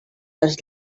les